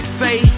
say